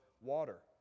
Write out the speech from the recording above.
water